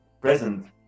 present